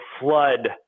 flood